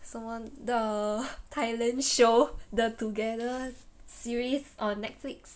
什么 the Thailand show the together series on Netflix